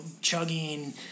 chugging